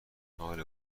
حال